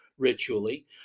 ritually